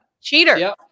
Cheater